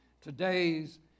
Today's